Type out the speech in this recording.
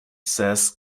says